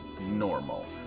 normal